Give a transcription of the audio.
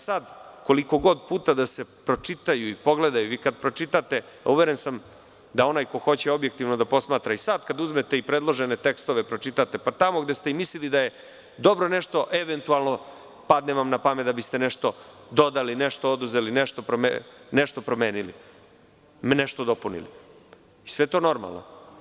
Sada, koliko god puta da se pročitaju i pogledaju, vi kada pročitate, uveren sam da onaj ko hoće objektivno da posmatra i sada kad uzmete i predložene tekstove pročitate, tamo gde ste i mislili da je dobro nešto, eventualno padne vam na pamet da biste nešto dodali, nešto oduzeli, nešto promenili, nešto dopunili, mislite da je to normalno?